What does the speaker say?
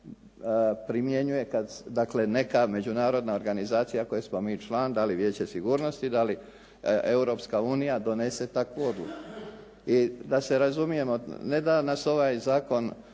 kad dakle neka međunarodna organizacija koje smo mi član da li Vijeće sigurnosti, da li Europska unija donese takvu odluku. I da se razumijemo, ne da nas ovaj zakon